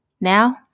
Now